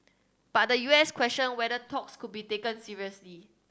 but the U S questioned whether talks could be taken seriously